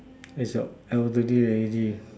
its a elderly lady